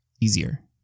easier